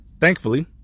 thankfully